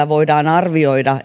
voidaan arvioida